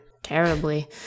Terribly